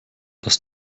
das